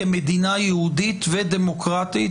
כמדינה יהודית ודמוקרטית,